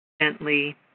gently